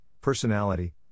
personality